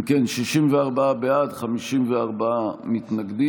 אם כן, 64 בעד, 54 מתנגדים,